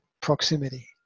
proximity